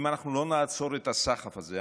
אם לא נעצור את הסחף הזה,